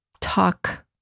talk